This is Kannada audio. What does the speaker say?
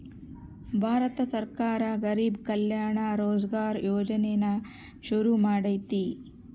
ಭಾರತ ಸರ್ಕಾರ ಗರಿಬ್ ಕಲ್ಯಾಣ ರೋಜ್ಗರ್ ಯೋಜನೆನ ಶುರು ಮಾಡೈತೀ